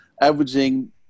averaging